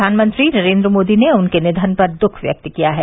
प्रधानमंत्री नरेंद्र मोदी ने उनके निधन पर दुख व्यक्त किया है